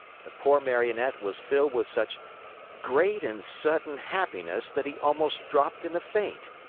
the poor marionette was filled with such great and sudden happiness that he almost dropped in a faint.